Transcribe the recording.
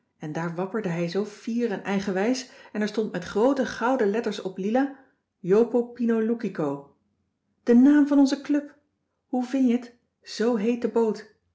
en daar wapperde hij zoo fier en eigenwijs en er stond met groote gouden letters op lila jopopinoloukico de naam van onze club hoe vin je t zo heet